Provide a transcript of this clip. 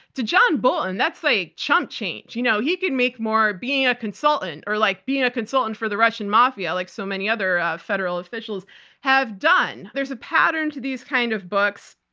to john bolton that's like chump change. you know he could make more being a consultant, or like being a consultant for the russian mafia, like so many other federal officials have done. there's a pattern to these kind of books.